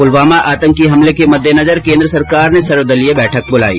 पुलवामा आतंकी हमले के मद्देनजर केन्द्र सरकार ने सर्वदलीय बैठक बुलाई